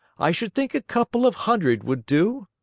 i should think a couple of hundred would do.